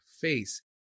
face